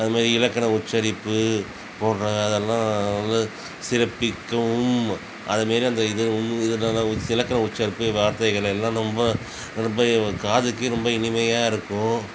அதுமாதிரி இலக்கண உச்சரிப்பு போன்ற அதெல்லாம் வந்து சிறப்பிக்கவும் அதுமாதிரி அந்த இது இலக்கண உச்சரிப்பு வார்த்தைகள்லாம் ரொம்ப காதுக்கே ரொம்ப இனிமையாகருக்கும்